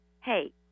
hey